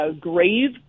grave